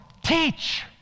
teach